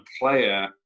player